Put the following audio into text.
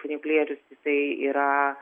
funikulierius jisai yra